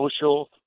social